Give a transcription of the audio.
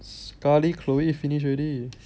sekali chloe finish already